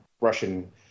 Russian